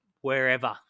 wherever